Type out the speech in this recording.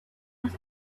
was